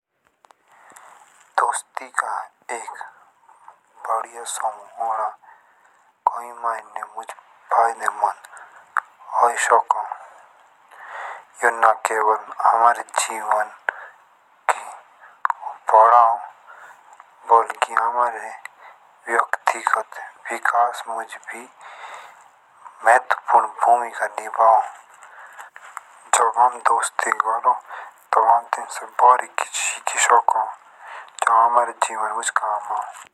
दोस्ती का एक बढ़िया समूह कोई मायने मुझमें फायदे मंद होए शको। यो ना केवल अमारे जीवन बढ़ाओ बल्कि हमारे व्यक्तिगत विकास मुझ भी महत्वपूर्ण भूमिका निभाओ। जब हम दोस्ती करो तब हम तिन से भोड़ी कुछ शिक शको तब अमारे जीवन मुझ काम आओ।